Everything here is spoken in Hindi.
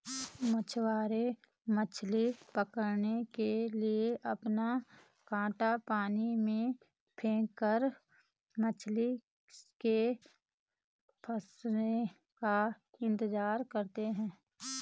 मछुआरे मछली पकड़ने के लिए अपना कांटा पानी में फेंककर मछली के फंसने का इंतजार करते है